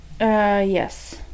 yes